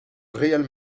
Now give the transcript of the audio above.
real